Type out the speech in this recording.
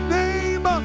name